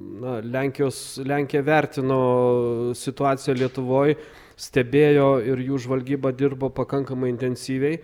na lenkijos lenkija vertino situaciją lietuvoj stebėjo ir jų žvalgyba dirbo pakankamai intensyviai